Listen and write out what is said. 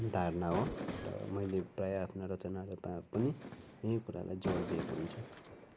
धारणा हो र मैले प्रायः आफ्ना रचनाको तार पनि यिनै कुराको जोड दिएको हुन्छु